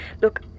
Look